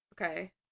Okay